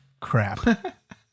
crap